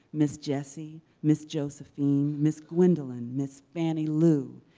miss jessie, miss josephine, miss gwendolyn, miss fannie lou,